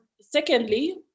secondly